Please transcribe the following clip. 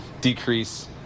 decrease